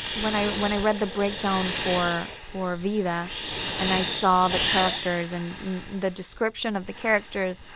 when i when i read the breakdown for for vida, and i saw the characters and the description of the characters,